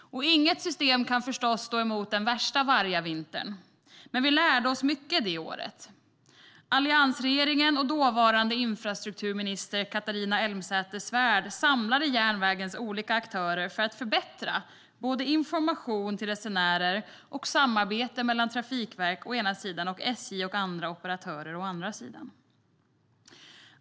Inget system kan förstås stå emot den värsta vargavintern, men vi lärde oss mycket det året. Alliansregeringen och dåvarande infrastrukturminister Catharina Elmsäter-Svärd samlade järnvägens olika aktörer för att förbättra både informationen till resenärer och samarbetet mellan Trafikverket å ena sidan och SJ och andra operatörer å andra sidan.